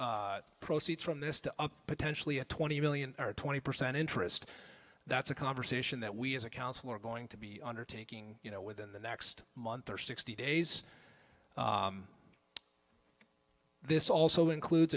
s proceeds from this to potentially a twenty million or twenty percent interest that's a conversation that we as a council are going to be undertaking you know within the next month or sixty days this also includes